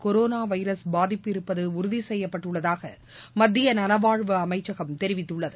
corona virus பாதிப்பு இருப்பது உறுதி செய்யப்பட்டுள்ளதாக மத்திய நலவாழ்வு அமைச்சகம் தெரிவித்துள்ளது